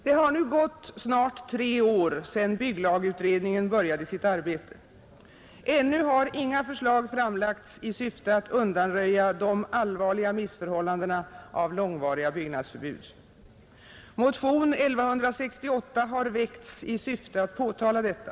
Det har nu gått snart tre år sedan bygglagutredningen började sitt arbete. Ännu har inga förslag framlagts i syfte att undanröja de allvarliga missförhållandena av långvariga byggnadsförbud. Motionen 1168 har väckts i syfte att påtala detta.